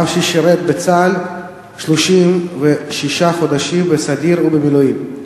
אף ששירת בצה"ל 36 חודשים בסדיר ובמילואים.